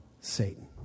Satan